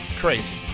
crazy